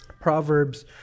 Proverbs